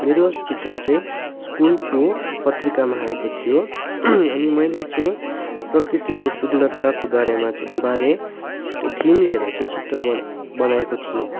मेरो चित्र चाहिँ स्कुलको पत्रिकामा आएको थियो अनि मैले चाहिँ प्रकृतिको सुन्दरताको बारेमा बारे थिम लिएर चाहिँ चित्र बनाएको थिएँ